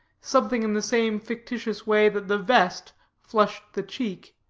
something in the same fictitious way that the vest flushed the cheek.